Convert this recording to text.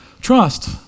Trust